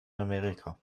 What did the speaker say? amerika